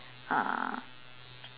uh